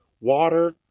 water